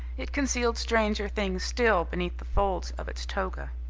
it concealed stranger things still beneath the folds of its toga.